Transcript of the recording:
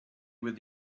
with